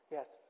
Yes